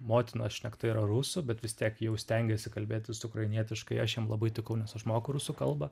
motinos šnekta yra rusų bet vis tiek jau stengiesi kalbėtis ukrainietiškai aš jiem labai tikau nes aš moku rusų kalbą